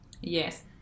Yes